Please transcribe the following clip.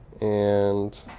and